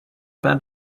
bet